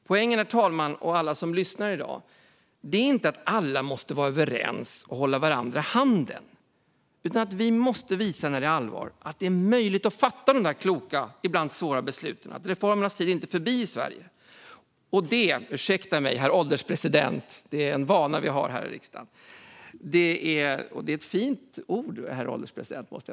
Poängen är inte, herr ålderspresident och alla som lyssnar i dag, att alla måste vara överens och hålla varandra i handen, utan vi måste visa när det är allvar att det är möjligt att fatta de kloka och ibland svåra besluten. Reformernas tid är inte förbi i Sverige. Beslut är ett fint ord, herr ålderspresident.